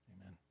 Amen